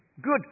Good